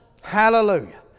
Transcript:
Hallelujah